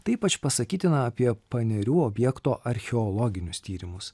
tai ypač pasakytina apie panerių objekto archeologinius tyrimus